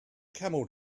camel